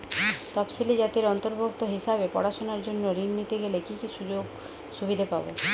তফসিলি জাতির অন্তর্ভুক্ত হিসাবে পড়াশুনার জন্য ঋণ নিতে গেলে কী কী সুযোগ সুবিধে পাব?